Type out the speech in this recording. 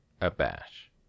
Abash